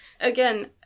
Again